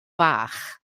fach